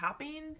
toppings